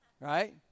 Right